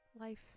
Life